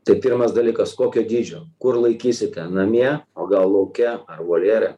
tai pirmas dalykas kokio dydžio kur laikysite namie o gal lauke ar voljere